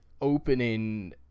opening